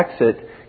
exit